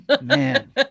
Man